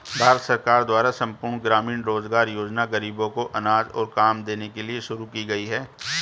भारत सरकार द्वारा संपूर्ण ग्रामीण रोजगार योजना ग़रीबों को अनाज और काम देने के लिए शुरू की गई है